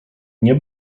nie